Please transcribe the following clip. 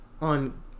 On